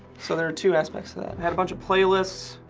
so there are two aspects to that. i had a bunch of playlists,